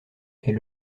est